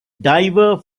diver